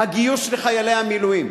המשבר של הגיוס בקרב חיילי המילואים.